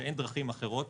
שאין דרכים אחרות.